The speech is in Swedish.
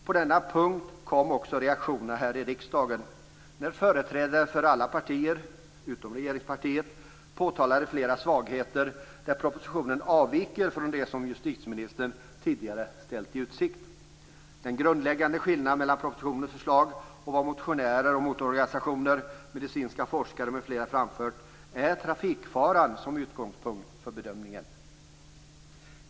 På denna punkt kom det också reaktioner här i riksdagen; företrädare för alla partier utom regeringspartiet påtalade svagheter där propositionen avviker från det som justitieministern tidigare har ställt i utsikt. Den grundläggande skillnaden mellan propositionens förslag och det som motionärer, motororganisationer, medicinska forskare m.fl. har framfört gäller att man skall ha trafikfaran som utgångspunkt för bedömningen.